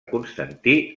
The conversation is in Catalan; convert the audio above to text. constantí